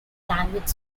language